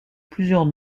plusieurs